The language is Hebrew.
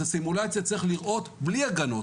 את הסימולציה צריך לראות בלי הגנות